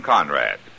Conrad